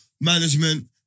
management